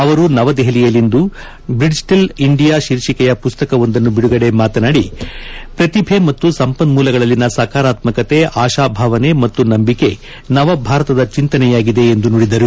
ಅವರು ನವದೆಹಲಿಯಲ್ಲಿಂದು Bridgital India ಶೀರ್ಷಿಕೆಯ ಮಸ್ತಕವೊಂದನ್ನು ಬಿಡುಗಡೆ ಮಾತನಾಡಿ ಪ್ರತಿಭೆ ಮತ್ತು ಸಂಪನ್ನೂಲಗಳಲ್ಲಿನ ಸಕಾರಾತ್ಮಕತೆ ಆತಾಭಾವನೆ ಮತ್ತು ನಂಬಿಕೆ ನವಭಾರತದ ಚಿಂತನೆಯಾಗಿದೆ ಎಂದು ನುಡಿದರು